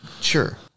sure